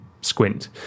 squint